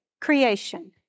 creation